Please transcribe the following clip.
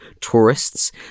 tourists